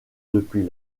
depuis